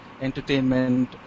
entertainment